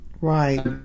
Right